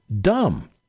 dumb